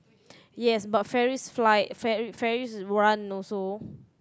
yes but ferries fly ferries run also